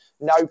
no